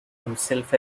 himself